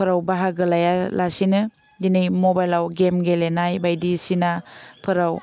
फोराव बाहागो लाया लासेनो दिनै मबाइलाव गेम गेलेनाय बायदिसिनाफोराव